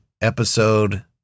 episode